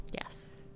Yes